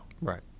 Right